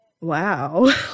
wow